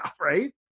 Right